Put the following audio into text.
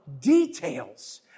details